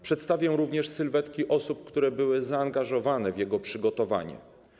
Przedstawię również sylwetki osób, które były zaangażowane w jego przygotowanie.